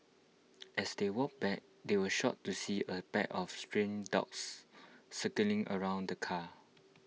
as they walked back they were shocked to see A pack of stray dogs circling around the car